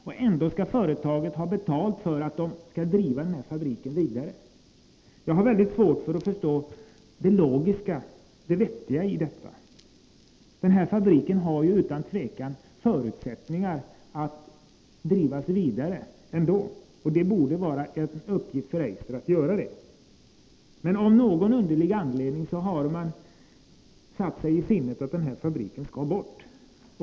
Och ändå skall företaget ha betalt för att driva denna fabrik vidare. Jag har mycket svårt att förstå det logiska och vettiga i detta. Denna fabrik har ju utan tvivel förutsättningar att drivas vidare ändå, och det borde vara en uppgift för Eiser att göra det. Men av någon underlig anledning har man satt sig i sinnet att denna fabrik skall bort.